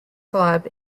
club